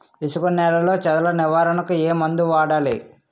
ఇసుక నేలలో చదల నివారణకు ఏ మందు వాడాలి?